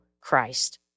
Christ